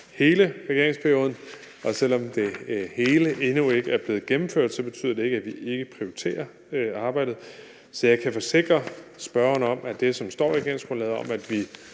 hele regeringsperioden, og selv om det hele endnu ikke er blevet gennemført, så betyder det ikke, at vi ikke prioriterer arbejdet. Så jeg kan forsikre spørgeren om, at det, som står i regeringsgrundlaget, om, at vi